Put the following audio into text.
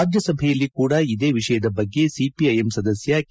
ರಾಜ್ಯಸಭೆಯಲ್ಲಿ ಕೂಡ ಇದೇ ವಿಷಯದ ಬಗ್ಗೆ ಸಿಪಿಐಎಂ ಸದಸ್ಯ ಕೆ